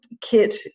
kit